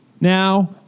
Now